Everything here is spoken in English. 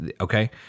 okay